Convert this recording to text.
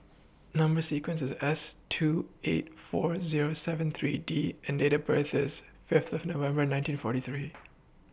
Number sequence IS S two eight four Zero seven three D and Date of birth IS Fifth of November nineteen forty three